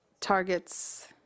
targets